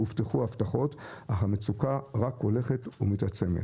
הובטחו הבטחות אך המצוקה רק הולכת ומתעצמת.